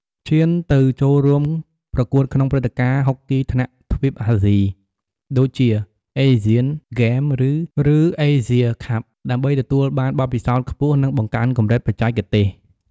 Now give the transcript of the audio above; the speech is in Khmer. ឈានទៅចូលរួមប្រកួតក្នុងព្រឹត្តិការណ៍ហុកគីថ្នាក់ទ្វីបអាស៊ី ដូចជាអេស៑ាន ហ្គេមឬ អេស៑ៀ ខាប់ ដើម្បីទទួលបានបទពិសោធន៍ខ្ពស់ និងបង្កើនកម្រិតបច្ចេកទេស។